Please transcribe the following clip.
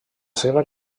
seva